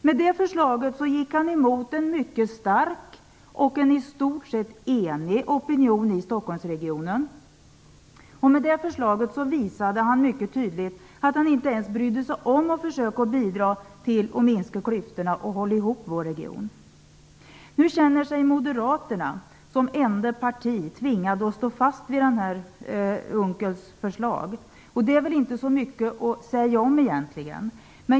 Med det förslaget gick han emot en mycket stark och i stort sett enig opinion i Stockholmsregionen och visade mycket tydligt att han inte ens brydde sig om att försöka att bidra till att minska klyftorna och hålla ihop vår region. Nu känner sig Moderaterna som enda parti tvingat att stå fast vid Unckels förslag. Det är väl inte så mycket att säga om.